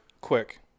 quick